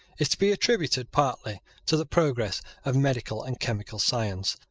is to be attributed partly to the progress of medical and chemical science,